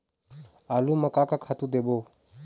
आलू म का का खातू देबो?